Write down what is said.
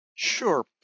Sure